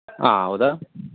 ಆಂ ಹೌದಾ